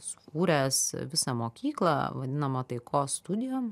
sukūręs visą mokyklą vadinamą taikos studijom